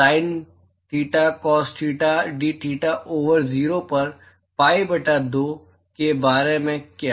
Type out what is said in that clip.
sign theta cos theta d theta over 0 पर pi बटा 2 के बारे में क्या